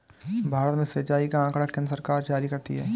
भारत में सिंचाई का आँकड़ा केन्द्र सरकार जारी करती है